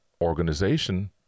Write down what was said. organization